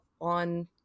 on